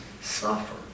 suffer